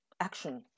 action